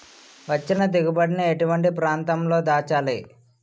వచ్చిన దిగుబడి ని ఎటువంటి ప్రాంతం లో దాచాలి?